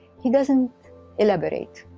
he doesn't elaborate.